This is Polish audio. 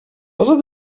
poza